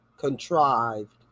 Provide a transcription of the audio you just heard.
contrived